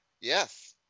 Yes